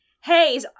Hey